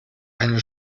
eine